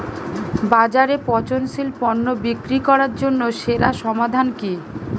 বাজারে পচনশীল পণ্য বিক্রি করার জন্য সেরা সমাধান কি?